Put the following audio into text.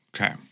Okay